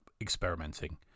experimenting